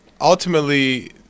ultimately